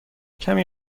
کمی